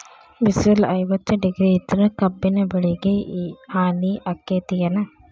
ಬಿಸಿಲ ಐವತ್ತ ಡಿಗ್ರಿ ಇದ್ರ ಕಬ್ಬಿನ ಬೆಳಿಗೆ ಹಾನಿ ಆಕೆತ್ತಿ ಏನ್?